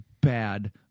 bad